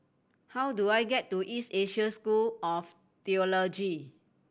how do I get to East Asia School of Theology